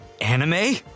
Anime